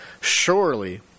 Surely